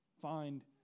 find